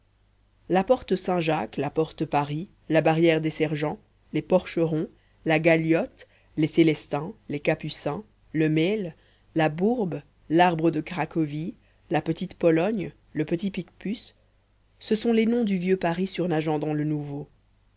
la porte saint-jacques la porte paris la barrière des sergents les porcherons la galiote les célestins les capucins le mail la bourbe larbre de cracovie la petite pologne le petit picpus ce sont les noms du vieux paris surnageant dans le nouveau